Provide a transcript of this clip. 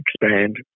expand